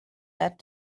add